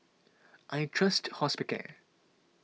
I trust Hospicare